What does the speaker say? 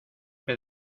que